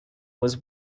was